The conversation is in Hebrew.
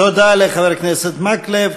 תודה לחבר הכנסת מקלב.